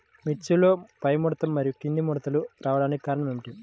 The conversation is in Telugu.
మిర్చిలో పైముడతలు మరియు క్రింది ముడతలు రావడానికి కారణం ఏమిటి?